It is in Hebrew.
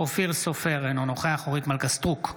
אופיר סופר, אינו נוכח אורית מלכה סטרוק,